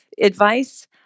advice